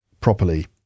properly